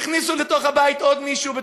שהכניסו לתוך הבית עוד מישהו,